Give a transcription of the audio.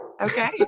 Okay